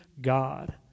God